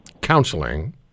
counseling